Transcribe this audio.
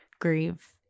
grieve